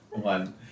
one